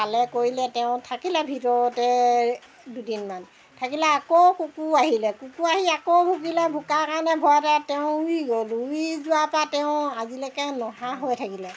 খালে কৰিলে তেওঁ থাকিলে ভিতৰতে দুদিনমান থাকিলে আকৌ কুকুৰ আহিলে কুকুৰ আহি আকৌ ভুকিলে ভুকাৰ কাৰণে ভয়তে তেওঁ উৰি গ'ল উৰি যোৱাৰ পৰা তেওঁ আজিলৈকে নহা হৈ থাকিলে